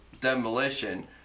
demolition